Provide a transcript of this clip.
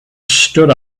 stood